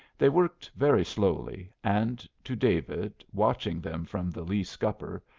they worked very slowly, and to david, watching them from the lee scupper,